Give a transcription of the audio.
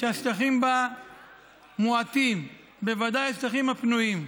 שהשטחים בה מועטים, בוודאי השטחים הפנויים.